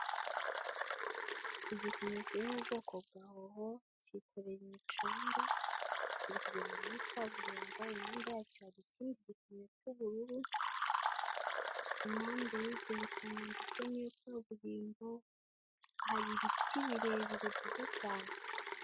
Igikamyo kiri mu bwoko bwa hoho cyikoreye imicanga, kiri kugenda muri kaburimbo imbere yacyo hari ikindi gikamyo cy'ubururu ,impande y'ibyo bikamyo ndetse n'iyo kaburimbo hari ibiti birebire byiza cyane.